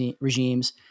regimes